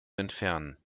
entfernen